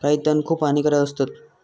काही तण खूप हानिकारक असतत